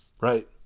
Right